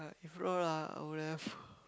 if not ah I would have